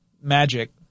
magic